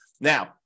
now